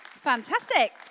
Fantastic